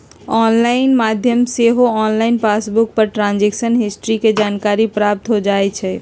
online माध्यम से सेहो ऑनलाइन पासबुक पर ट्रांजैक्शन हिस्ट्री के जानकारी प्राप्त हो जाइ छइ